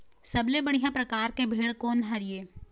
सबले बढ़िया परकार के भेड़ कोन हर ये?